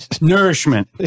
Nourishment